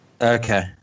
Okay